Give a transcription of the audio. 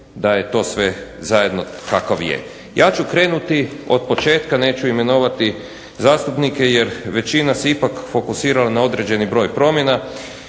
da je to sve zajedno kakvo je. Ja ću krenuti od početka, neću imenovati zastupnike, jer većina se ipak fokusirala na određeni broj promjena.